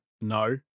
No